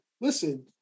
listen